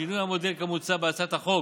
שינוי המודל כמוצע בהצעת החוק